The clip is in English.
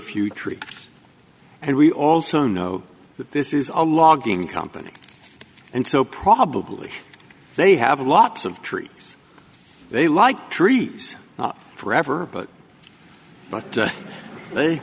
few trees and we also know that this is a logging company and so probably they have lots of trees they like trees forever but